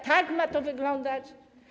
Tak ma to wyglądać?